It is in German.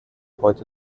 heute